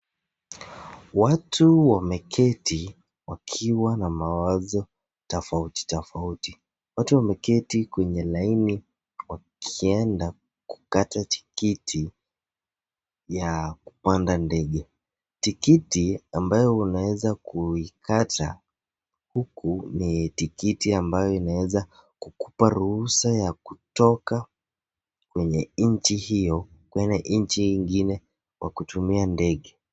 Watu wameketi wakiwa na mawazo tofauti tofauti. Watu wameketi kwenye laini wakienda kukata tikiti ya kupanda ndege. Tikiti ambayo unaweeza kuikata huku ni tikiti ambayo inaweza kukupa ruhusa ya kutoka kwenye nchi hio kuenda nchi nyingine kwa kutumia ndege.